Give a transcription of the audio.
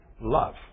Love